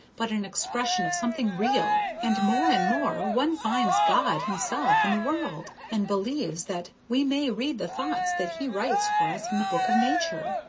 but an expression of something real, and more and more one finds god himself in the world, and believes that we may read the thoughts that he writes for us in the book of nature.